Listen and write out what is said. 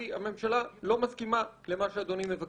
כי הממשלה לא מסכימה למה שאדוני מבקש.